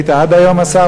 היית עד היום השר,